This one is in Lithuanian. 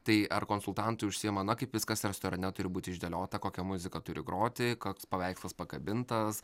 tai ar konsultantai užsiima na kaip viskas restorane turi būti išdėliota kokia muzika turi groti koks paveikslas pakabintas